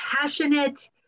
passionate